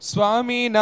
Swami